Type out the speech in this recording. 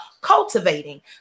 cultivating